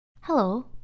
Hello